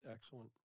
Excellent